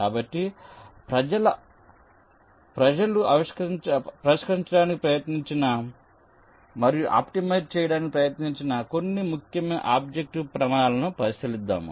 కాబట్టి ప్రజలు పరిష్కరించడానికి ప్రయత్నించిన మరియు ఆప్టిమైజ్ చేయడానికి ప్రయత్నించిన కొన్ని ముఖ్యమైన ఆబ్జెక్టివ్ ప్రమాణాలను పరిశీలిద్దాం